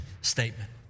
statement